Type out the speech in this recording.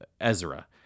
Ezra